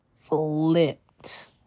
flipped